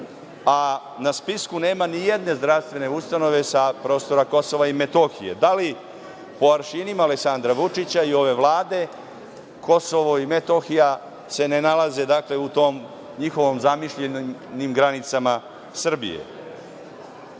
a na spisku nema ni jedne zdravstvene ustanove sa prostora KiM, da li po aršinima Aleksandra Vučića i ove Vlade, Kosovo i Metohija se ne nalaze u tim njihovim zamišljenim granicama Srbije. Moram